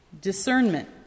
discernment